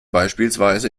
beispielsweise